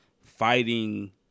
fighting